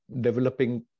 developing